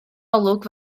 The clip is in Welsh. olwg